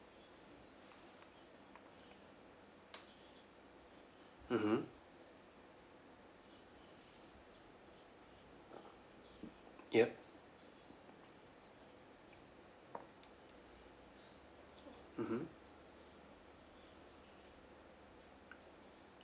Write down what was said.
mmhmm yup mmhmm